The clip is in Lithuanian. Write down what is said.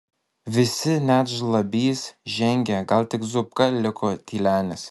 visi net žlabys žengė gal tik zupka liko tylenis